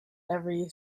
every